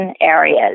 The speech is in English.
areas